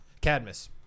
Cadmus